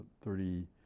thirty